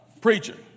preacher